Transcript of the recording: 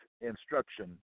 instruction